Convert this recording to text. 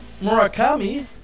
Murakami